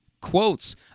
quotes